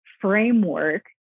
framework